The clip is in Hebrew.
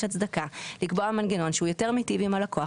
הצדקה לקבוע מנגנון שהוא יותר מיטיב עם הלקוח,